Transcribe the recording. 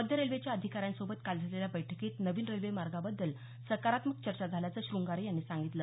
मध्य रेल्वेच्या अधिकाऱ्यांसोबत काल झालेल्या बैठकीत नवीन रेल्वे मार्गाबद्दल सकारात्मक चर्चा झाल्याचं श्रंगारे यांनी सांगितलं